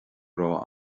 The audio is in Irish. raibh